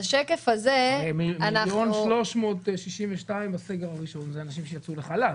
הרי 1,362,000 בסגר הראשון זה אנשים שיצאו לחל"ת.